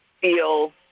feel